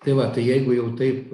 tai va tai jeigu jau taip